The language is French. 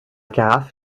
carafe